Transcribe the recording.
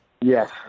Yes